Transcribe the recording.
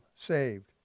Saved